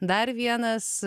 dar vienas